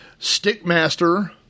Stickmaster